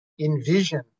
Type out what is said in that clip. envision